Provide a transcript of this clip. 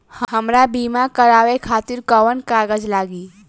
हमरा बीमा करावे खातिर कोवन कागज लागी?